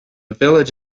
village